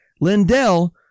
Lindell